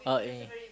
uh eh